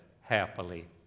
happily